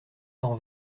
cent